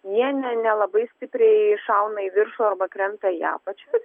jie ne nelabai stipriai šauna į viršų arba krenta į apačią